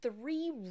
three